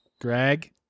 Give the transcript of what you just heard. Greg